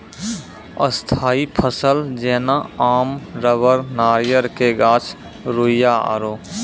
स्थायी फसल जेना आम रबड़ नारियल के गाछ रुइया आरु